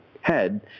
head